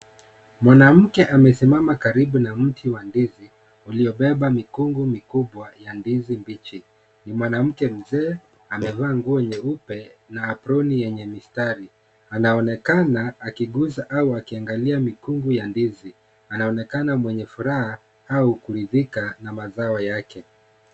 Mwanamke amesimama karibu na mti wa ndizi uliobeba mikungu mikubwa ya ndizi mbichi. Ni mwanamke mzee amevaa nguo nyeupe na aproni yenye mistari. Anaonekana akigusa au akiangalia mikungu ya ndizi. Anaonekana mwenye furaha au kuridhika na mazao yake.